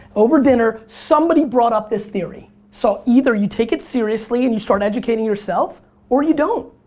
over dinner. somebody brought up this theory. so either you take it seriously and you start educating yourself or you don't.